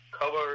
cover